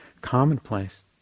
commonplace